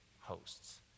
hosts